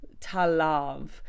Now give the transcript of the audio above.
Talav